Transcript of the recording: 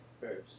first